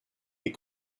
est